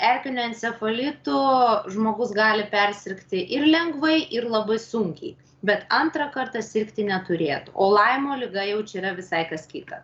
erkiniu encefalitu žmogus gali persirgti ir lengvai ir labai sunkiai bet antrą kartą sirgti neturėtų o laimo liga jau čia yra visai kas kita